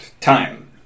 time